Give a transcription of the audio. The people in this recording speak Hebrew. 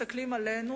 מסתכלים עלינו,